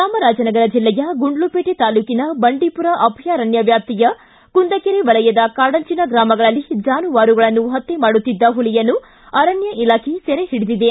ಜಾಮರಾಜನಗರ ಜಿಲ್ಲೆಯ ಗುಂಡ್ಲುಪೇಟೆ ತಾಲೂಕಿನ ಬಂಡೀಪುರ ಅಭಯಾರಣ್ಯ ವ್ಯಾಪ್ತಿಯ ಕುಂದಕೆರೆ ವಲಯದ ಕಾಡಂಚಿನ ಗ್ರಾಮಗಳಲ್ಲಿ ಜಾನುವಾರುಗಳನ್ನು ಪತ್ತೆ ಮಾಡುತ್ತಿದ್ದ ಪುಲಿಯನ್ನು ಅರಣ್ಯ ಇಲಾಖೆ ಸೆರೆ ಹಿಡಿದಿದೆ